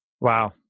Wow